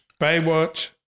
Baywatch